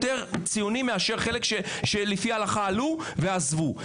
יותר ציונים מאשר חלק שלפי ההלכה עלו ועזבו.